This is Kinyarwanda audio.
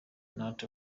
not